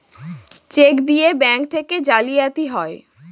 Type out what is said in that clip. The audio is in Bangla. চেক দিয়ে ব্যাঙ্ক থেকে জালিয়াতি হয়